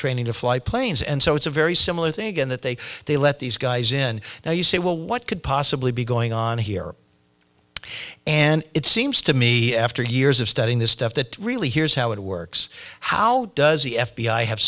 training to fly planes and so it's a very similar thing again that they they let these guys in now you say well what could possibly be going on here and it seems to me after years of studying this stuff that really here's how it works how does the f b i have